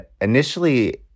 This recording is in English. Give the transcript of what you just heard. initially